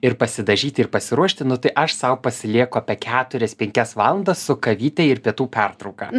ir pasidažyti ir pasiruošti nu tai aš sau pasilieku apie keturias penkias valandas su kavyte ir pietų pertrauka